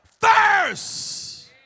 first